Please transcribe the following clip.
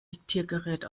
diktiergerät